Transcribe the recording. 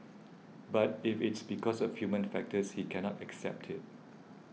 but if it's because of human factors he cannot accept it